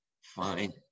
Fine